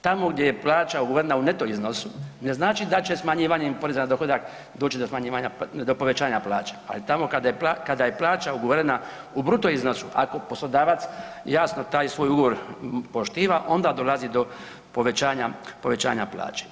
Tamo gdje je plaća ugovorena neto iznosu ne znači da će smanjivanjem poreza na dohodak doći do povećanja plaće, ali tamo kada je plaća ugovorena u bruto iznosu ako poslodavac jasno taj svoj ugovor poštiva onda dolazi do povećanja plaće.